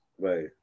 Right